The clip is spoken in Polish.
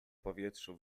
powietrzu